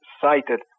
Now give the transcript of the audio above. cited